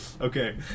Okay